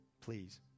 please